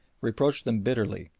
reproached them bitterly,